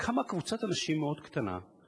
וקמה קבוצת אנשים קטנה מאוד,